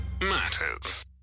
matters